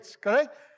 correct